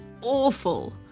awful